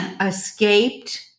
escaped